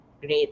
great